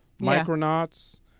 Micronauts